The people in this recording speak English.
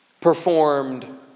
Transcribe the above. performed